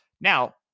Now